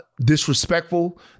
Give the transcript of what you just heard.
disrespectful